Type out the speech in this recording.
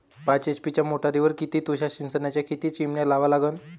पाच एच.पी च्या मोटारीवर किती तुषार सिंचनाच्या किती चिमन्या लावा लागन?